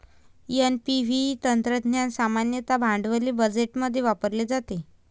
NPV तंत्रज्ञान सामान्यतः भांडवली बजेटमध्ये वापरले जाते